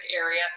area